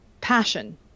passion